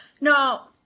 Now